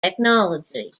technology